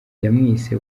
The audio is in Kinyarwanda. yamwise